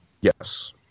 Yes